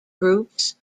groups